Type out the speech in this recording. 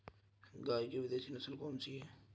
गाय की विदेशी नस्ल कौन सी है?